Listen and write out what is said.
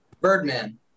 Birdman